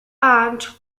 and